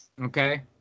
Okay